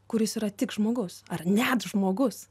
kuris yra tik žmogus ar net žmogus